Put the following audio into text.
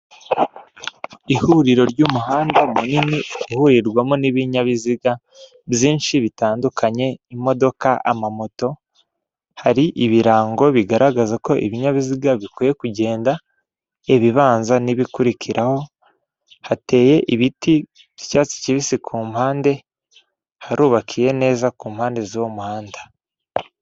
Ihuriro ry'umuhanda munini uhurirwamo n'ibinyabiziga byinshi bitandukanye; imodoka, amamoto hari ibirango bigaragaza ko ibinyabiziga bikwiye kugenda ibibanza n'ibikurikiraho hateye ibiti by'icyatsi kibisi ku mpande harubakiye neza ku mpande z'uwo muhanda.